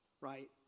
right